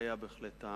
היה בהחלט טעם,